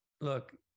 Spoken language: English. look